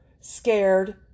scared